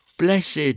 Blessed